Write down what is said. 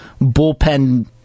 bullpen